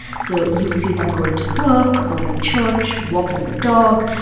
so you will see them going to work or in church, walking the dog.